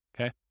okay